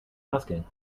asking